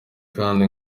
kandi